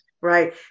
Right